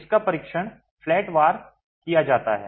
इसका परीक्षण फ्लैट वार किया जाता है